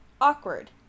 awkward